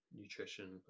nutrition